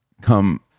come